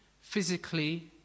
physically